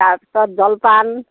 তাৰপিছত জলপান